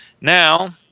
Now